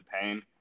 pain